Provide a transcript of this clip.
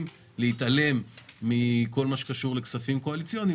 להתעלם מכל מה שקשור לכספים קואליציוניים.